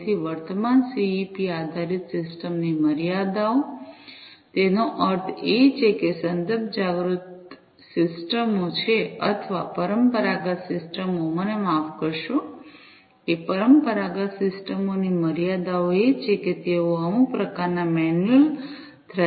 તેથી વર્તમાન સીઇપી આધારિત સિસ્ટમો ની મર્યાદાઓ તેનો અર્થ એ છે કે સંદર્ભ જાગૃત સિસ્ટમો છે અથવા પરંપરાગત સિસ્ટમો મને માફ કરશો કે પરંપરાગત સિસ્ટમો ની મર્યાદાઓ એ છે કે તેઓ અમુક પ્રકારના મેન્યુઅલ થ્રેશોલ્ડિંગ નો ઉપયોગ કરે છે